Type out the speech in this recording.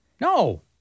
No